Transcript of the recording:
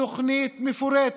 תוכנית מפורטת,